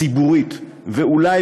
ציבורית ואולי,